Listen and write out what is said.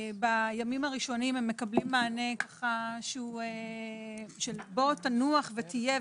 בימים הראשונים הם מקבלים מענה של בוא תנוח ותהיה,